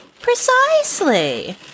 Precisely